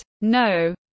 no